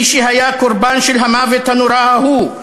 מי שהיה קורבן של המוות הנורא ההוא,